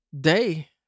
day